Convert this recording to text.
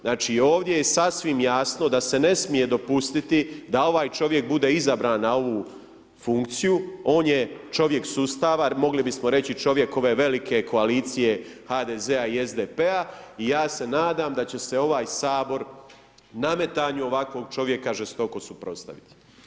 Znači ovdje je sasvim jasno da se ne smije dopustiti da ovaj čovjek bude izabran na ovu funkciju, on je čovjek sustava, mogli bismo reći čovjek ove velike koalicije HDZ-a i SDP-a i ja se nadam da će se ovaj Sabor nametanju ovakvog čovjeka žestoko suprotstaviti.